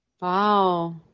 wow